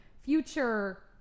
future